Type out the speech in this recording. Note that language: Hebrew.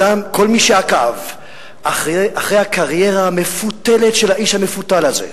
כל מי שעקב אחרי הקריירה המפותלת של האיש המפותל הזה,